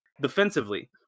Defensively